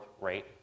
rate